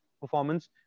performance